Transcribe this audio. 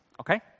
okay